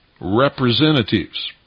representatives